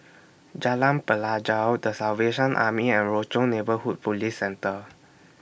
Jalan Pelajau The Salvation Army and Rochor Neighborhood Police Centre